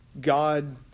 God